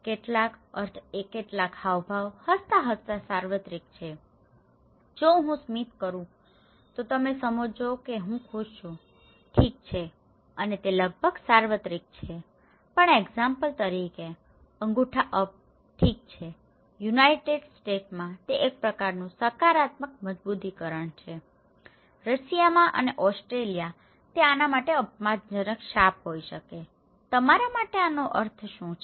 કેટલાક અર્થ કેટલાક હાવભાવ હસતાં હસતાં સાર્વત્રિક છે જો હું સ્મિત કરું છું તો તમે સમજો છો કે હું ખુશ છું ઠીક છે અને તે લગભગ સાર્વત્રિક છે પણ એક્ઝામ્પલ તરીકે અંગૂઠા અપ ઠીક છે યુનાઇટેડ સ્ટેટ્સમાં તે એક પ્રકારનું સકારાત્મક મજબૂતીકરણ છે રશિયામાં અને ઓસ્ટ્રેલિયા તે આના માટે અપમાનજનક શાપ હોઈ શકે તમારા માટે આનો અર્થ શું છે